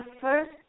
first